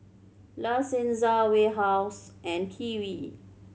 La Senza Warehouse and Kiwi